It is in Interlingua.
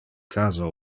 casa